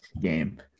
game